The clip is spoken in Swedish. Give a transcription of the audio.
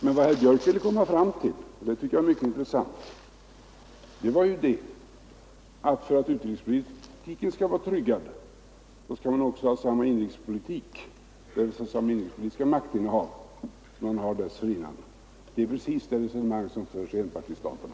Men vad herr Björk i Göteborg ville komma fram till — och det tycker jag är mycket intressant — var att man, för att utrikespolitiken skall vara tryggad, skall ha samma inrikespolitiska maktinnehav som man tidigare haft; det är precis det resonemang som förs i enpartistaterna.